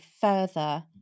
further